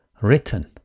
written